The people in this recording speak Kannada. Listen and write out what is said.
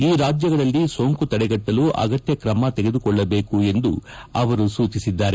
ಈ ರಾಜ್ಯಗಳಲ್ಲಿ ಸೋಂಕು ತಡೆಗಟ್ಟಲು ಅಗತ್ಯ ಕ್ರಮ ತೆಗೆದುಕೊಳ್ಳಬೇಕು ಎಂದು ಅವರು ತಿಳಿಸಿದ್ದಾರೆ